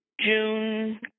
june